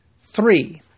Three